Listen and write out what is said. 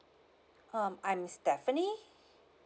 um I'm stephanie